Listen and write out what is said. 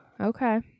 Okay